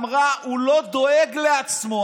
אמרה: הוא לא דואג לעצמו,